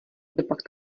kdopak